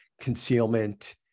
concealment